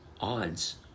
odds